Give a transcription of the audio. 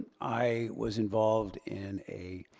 i was involved in a,